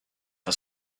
for